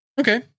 Okay